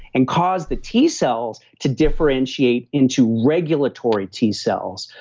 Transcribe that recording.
and cause the t cells to differentiate into regulatory t cells.